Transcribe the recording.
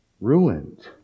ruined